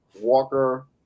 Walker